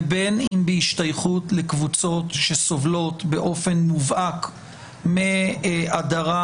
-- ובין אם בהשתייכות לקבוצות שסובלות באופן מובהק מהדרה,